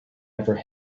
never